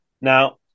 Now